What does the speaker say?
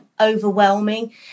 overwhelming